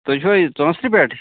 تُہۍ چھُوا یہِ ژٲنسلہٕ پٮ۪ٹھ